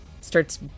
starts